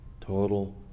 Total